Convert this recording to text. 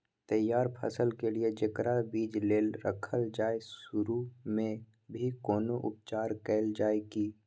तैयार फसल के लिए जेकरा बीज लेल रखल जाय सुरू मे भी कोनो उपचार कैल जाय की?